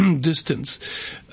distance